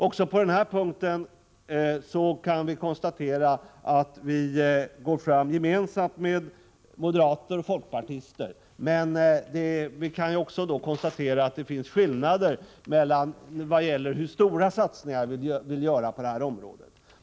Också på den här punkten går vi fram gemensamt med moderater och folkpartister, men vi kan då också konstatera att det finns skillnader när det gäller hur stora satsningar vi vill göra på det här området.